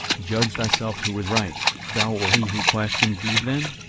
judge thyself who was right thou or he who questioned thee then?